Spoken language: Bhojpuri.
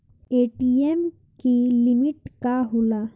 ए.टी.एम की लिमिट का होला?